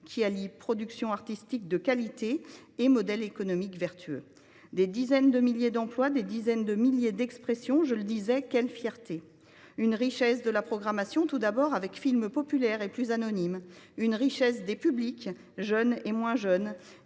qui allie production artistique de qualité et modèle économique vertueux. Des dizaines de milliers d’emplois, des dizaines de milliers d’expressions – je le disais : quelle fierté ! Soulignons la richesse de la programmation, tout d’abord, avec films populaires ou plus anonymes. C’est aussi la richesse des publics, jeunes et moins jeunes,